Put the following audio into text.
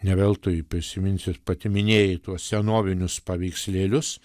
ne veltui prisiminsit pati minėjai tuos senovinius paveikslėlius